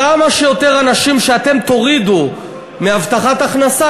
כמה שיותר אנשים שאתם תורידו מהבטחת הכנסה,